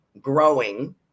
growing